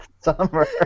summer